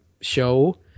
show